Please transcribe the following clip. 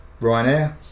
Ryanair